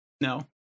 no